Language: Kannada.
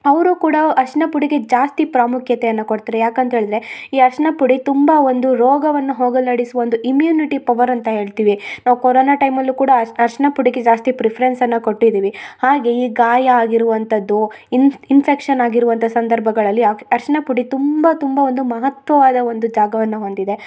ಅವರು ಕೂಡ ಅರಿಶಿನ ಪುಡಿಗೆ ಜಾಸ್ತಿ ಪ್ರಾಮುಖ್ಯತೆಯನ್ನ ಕೊಡ್ತಾರೆ ಯಾಕಂತೇಳಿದರೆ ಈ ಅರಿಶಿನ ಪುಡಿ ತುಂಬ ಒಂದು ರೋಗವನ್ನ ಹೋಗಲಾಡಿಸು ಒಂದು ಇಮ್ಯುನಿಟಿ ಪವರ್ ಅಂತ ಹೇಳ್ತೀವಿ ನಾವು ಕೊರೋನ ಟೈಮಲ್ಲು ಕೂಡ ಅರಿಶಿನ ಪುಡಿಗೆ ಜಾಸ್ತಿ ಪ್ರಿಫ್ರೆನ್ಸನ್ನ ಕೊಟ್ಟಿದ್ದೀವಿ ಹಾಗೆ ಈ ಗಾಯ ಆಗಿರುವಂಥದ್ದು ಇನ್ಫೆಕ್ಷನ್ ಆಗಿರುವಂಥ ಸಂದರ್ಭಗಳಲ್ಲಿ ಆಗ ಅರಿಶಿನ ಪುಡಿ ತುಂಬ ತುಂಬ ಒಂದು ಮಹತ್ವವಾದ ಒಂದು ಜಾಗವನ್ನ ಹೊಂದಿದೆ